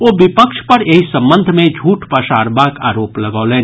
ओ विपक्ष पर एहि संबंध मे झूठ पसारबाक आरोप लगौलनि